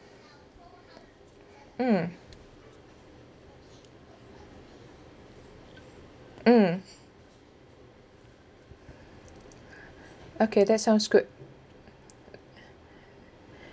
mm mm okay that sounds good